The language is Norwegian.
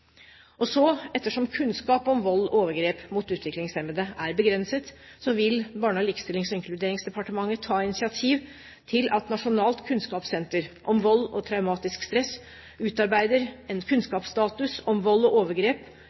og oppfølging. Ettersom kunnskap om vold og overgrep mot utviklingshemmede er begrenset, vil Barne-, likestillings- og inkluderingsdepartementet ta initiativ til at Nasjonalt kunnskapssenter om vold og traumatisk stress utarbeider en kunnskapsstatus om vold og overgrep.